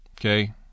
Okay